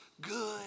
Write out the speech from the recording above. good